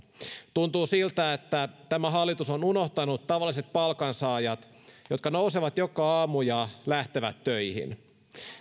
tuntuu siltä että tämä hallitus on unohtanut tavalliset palkansaajat jotka nousevat joka aamu ja lähtevät töihin